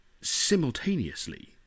simultaneously